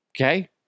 Okay